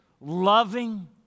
loving